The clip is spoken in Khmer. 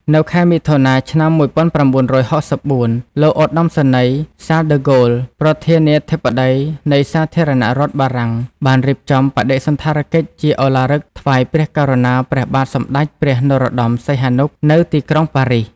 នៅខែមិថុនា ឆ្នាំ១៩៦៤ លោកឧត្តមសេនីយ៍ សាល ដឺហ្គោល ប្រធានាធិបតីនៃសាធារណរដ្ឋបារាំងបានរៀបចំបដិសណ្ឋារកិច្ចជាឧឡារិកថ្វាយ ព្រះករុណា ព្រះបាទសម្តេចព្រះនរោត្តម សីហនុ នៅទីក្រុងប៉ារីស។